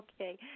Okay